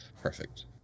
Perfect